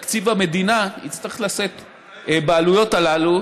תקציב המדינה יצטרך לשאת בעלויות הללו